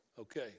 Okay